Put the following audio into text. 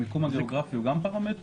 המיקום הגיאוגרפי הוא גם פרמטר?